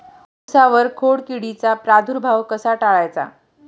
उसावर खोडकिडीचा प्रादुर्भाव कसा टाळायचा?